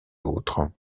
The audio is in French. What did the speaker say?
autres